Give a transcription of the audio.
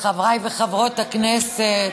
חברי וחברות הכנסת,